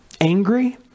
angry